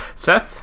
Seth